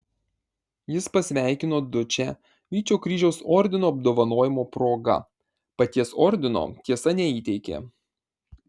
jis pasveikino dučę vyčio kryžiaus ordino apdovanojimo proga paties ordino tiesa neįteikė